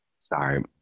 Sorry